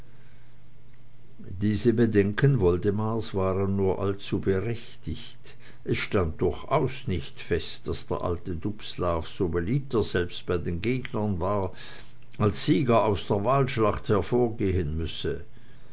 diese bedenken woldemars waren nur allzu berechtigt es stand durchaus nicht fest daß der alte dubslav so beliebt er selbst bei den gegnern war als sieger aus der wahlschlacht hervorgehen müsse